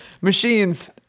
machines